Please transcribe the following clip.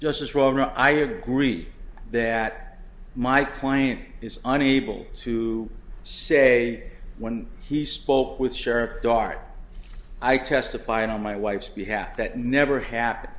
just as well i agree that my client is unable to say when he spoke with sheriff dart i testify on my wife's behalf that never happen